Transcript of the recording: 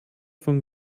von